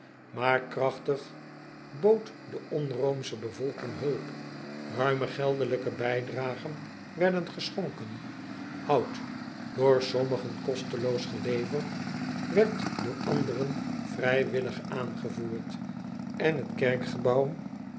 aar krachtig bood de onroomsche bevolking hulp ruime geldelijke bijdragen werden geschonken hout door sommigen kosteloos geleverd werd door anderen vrijwillig aangevoerd en het kerkgebouw